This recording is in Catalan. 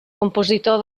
compositor